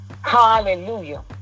Hallelujah